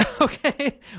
Okay